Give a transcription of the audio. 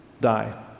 die